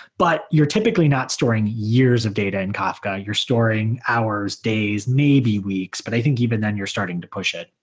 but you're typically not storing years of data in kafka. you're storing hours, days, maybe weeks, but i think even then you're starting to push it.